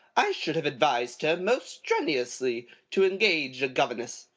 i should have advised her most strenuously to engage a governess.